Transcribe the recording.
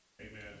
Amen